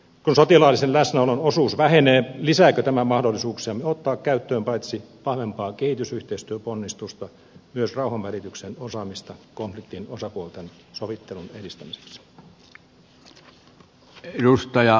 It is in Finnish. kun sotilaallisen läsnäolon osuus vähenee lisääkö tämä mahdollisuuksiamme ottaa käyttöön paitsi vahvempaa kehitysyhteistyöponnistusta myös rauhanvälityksen osaamista konfliktien osapuolten sovittelun edistämiseksi